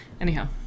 Anyhow